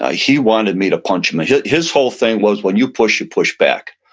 ah he wanted me to punch em. ah yeah his whole thing was when you push, you push back.